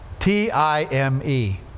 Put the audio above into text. T-I-M-E